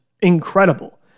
incredible